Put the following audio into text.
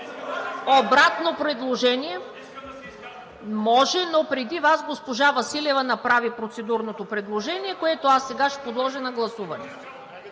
от ГЕРБ-СДС.) Може, но преди Вас госпожа Василева направи процедурното предложение, което аз сега ще подложа на гласуване.